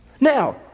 Now